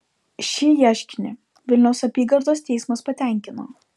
šį ieškinį vilniaus apygardos teismas patenkino